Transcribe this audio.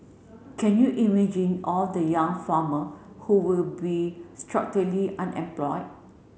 can you imagine all the young farmer who will be structurally unemployed